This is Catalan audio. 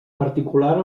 particular